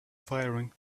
firing